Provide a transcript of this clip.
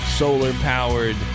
solar-powered